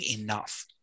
enough